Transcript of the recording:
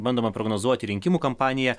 bandoma prognozuoti rinkimų kampaniją